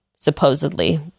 supposedly